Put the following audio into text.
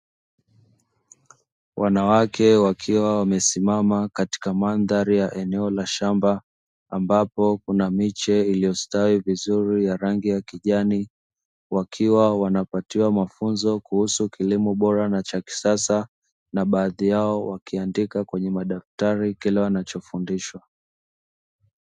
Wanawake wakiwa wamesimama katika mandhari ya eneo la shamba ambapo kuna miche iliyostawi vizuri ya rangi ya kijani wakiwa wanapatiwa mafunzo kuhusu kilimo bora na cha kisasa na baadhi yao wakiandika kwenye madaftari kile wanachofundishwa.